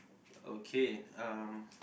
okay um